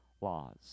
laws